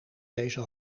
deze